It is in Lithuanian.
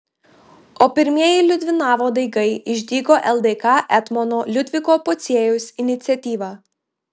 o pirmieji liudvinavo daigai išdygo ldk etmono liudviko pociejaus iniciatyva